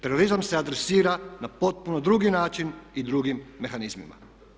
Terorizam se adresira na potpuno drugi način i drugim mehanizmima.